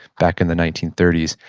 back in the nineteen thirty s,